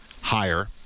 higher